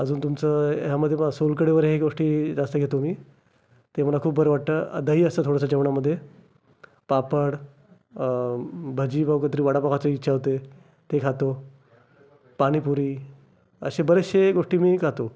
अजून तुमचं ह्यामध्ये बघा सोलकढी वगैरे हे गोष्टी जास्त घेतो मी ते मला खूप बरं वाटतं दही असतं थोडंसं जेवणामध्ये पापड भजी किवा कधीतरी वडापाव खायची इच्छा होते ते खातो पाणीपुरी अशा बऱ्याचशा गोष्टी मी खातो